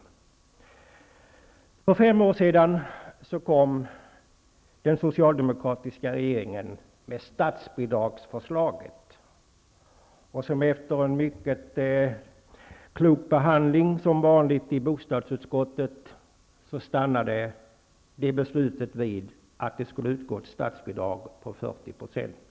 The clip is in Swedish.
För fem år sedan kom den socialdemokratiska regeringen med förslaget om statsbidrag. Efter en, som vanligt, klok behandling i bostadsutskottet stannade beslutet vid att det skulle utgå ett statsbidrag omfattande 40 %.